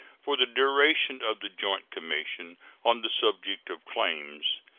for the duration of the joint commission on the subject of claims.